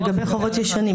לגבי חובות ישנים.